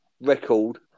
record